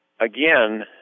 again